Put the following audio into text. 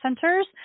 Centers